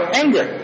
anger